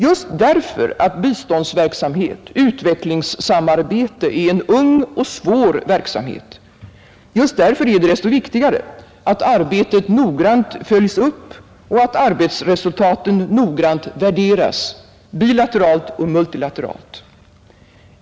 Just därför att biståndsverksamhet, utvecklingssamarbete, är en ung och svår verksamhet är det desto viktigare att arbetet noggrant följs upp och arbetsresultaten noggrant värderas, bilateralt och multilateralt.